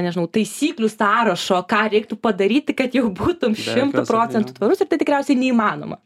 nežinau taisyklių sąrašo ką reiktų padaryti kad jau būtum šimtu procentų tvarus ir tai tikriausiai neįmanoma